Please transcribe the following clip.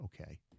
okay